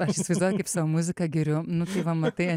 aš įsivaizduoju kaip savo muziką giriu nu tai va matai